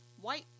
White